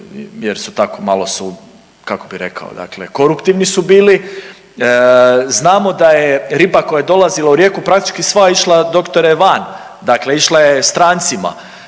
jer su tako, malo su, kako bi rekao, dakle koruptivni su bili. Znamo da je riba koja je dolazila u Rijeku praktički sva išla doktore van, dakle išla je strancima,